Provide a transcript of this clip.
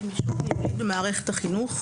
נירה, ברשותך.